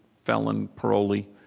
felon, parolee.